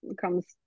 comes